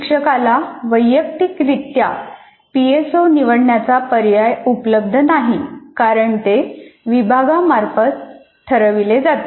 शिक्षकाला वैयक्तिकरीत्या P S O निवडण्याचा पर्याय उपलब्ध नाही कारण ते विभागामार्फत ठरवले जातात